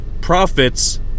Profits